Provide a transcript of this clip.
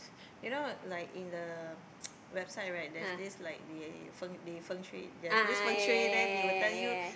you know like in the website right there's this like the feng~ they fengshui there's this fengshui then they will tell you